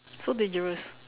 so dangerous